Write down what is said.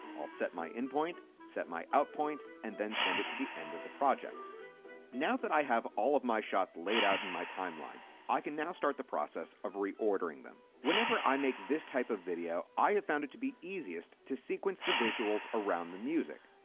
i'll set my in point, set my out point, and then send it to the end of the project now that i have all of my shots laid out in my timeline, i can now start the process of reordering them. whenever i make this type of video, i have found it to be easiest to sequence the visuals around the music.